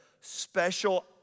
special